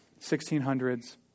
1600s